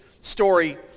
story